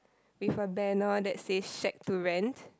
with a banner that says Shack to Rent